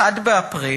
1 באפריל: